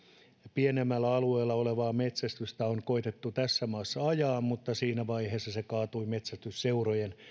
pienemmällä alueella olevaa metsästystä on koetettu tässä maassa ajaa mutta siinä vaiheessa se kaatui metsästysseurojen